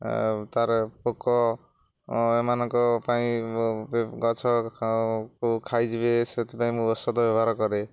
ତାର ପୋକ ଏମାନଙ୍କ ପାଇଁ ଗଛ କୁ ଖାଇଯିବେ ସେଥିପାଇଁ ମୁଁ ଔଷଧ ବ୍ୟବହାର କରେ